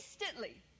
Instantly